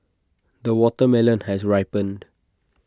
the watermelon has ripened